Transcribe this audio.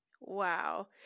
Wow